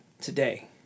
today